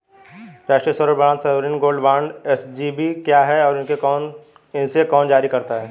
राष्ट्रिक स्वर्ण bond sovereign gold bond SGB क्या है और इसे कौन जारी करता है?